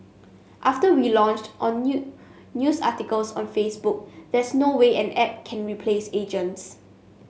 after we launched on new news articles on Facebook there's no way an app can replace agents